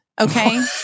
Okay